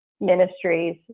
ministries